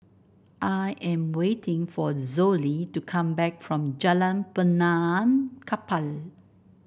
I am waiting for Zollie to come back from Jalan Benaan Kapal